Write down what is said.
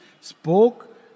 spoke